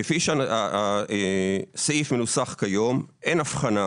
כפי שהסעיף מנוסח כיום אין אבחנה,